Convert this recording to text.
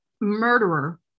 murderer